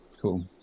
Cool